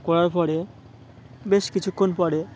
করার পরে বেশ কিছুক্ষণ পরে